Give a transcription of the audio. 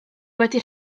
wedi